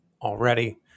already